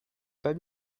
pas